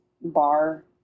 bar